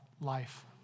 life